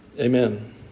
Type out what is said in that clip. Amen